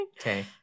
Okay